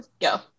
go